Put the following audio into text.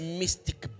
mystic